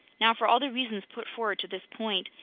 now, for all the reasons put forward to this point,